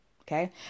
Okay